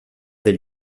del